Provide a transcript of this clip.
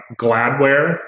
Gladware